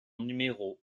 numéro